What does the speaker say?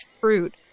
fruit